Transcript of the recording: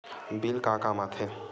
Bill का काम आ थे?